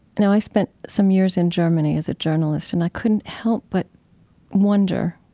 now, i spent some years in germany as a journalist and i couldn't help but wonder,